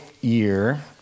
year